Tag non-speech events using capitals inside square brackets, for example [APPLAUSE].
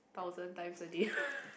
thousand times a day [LAUGHS]